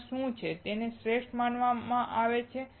ત્યાં શું છે કે તેને શ્રેષ્ઠ માનવામાં આવે છે